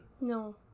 No